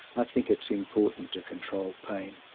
i think it's important to control pain.